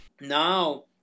Now